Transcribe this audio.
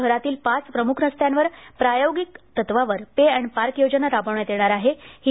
शहरातील पाच प्रमुख रस्त्यांवर प्रायोगिक तत्त्वावर पे अँड पार्क योजना राबवण्यात येणार आहे ही